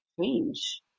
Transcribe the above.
change